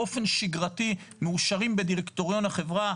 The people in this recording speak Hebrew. באופן שגרתי מאושרים בדירקטוריון החברה,